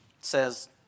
says